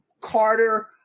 Carter